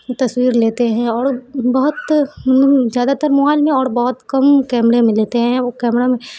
تصویر لیتے ہیں اور بہت زیادہ تر موبائل میں اور بہت کم کیمرے میں لیتے ہیں وہ کیمرہ میں